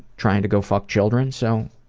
trying to go fuck children so